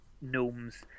gnomes